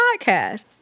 podcast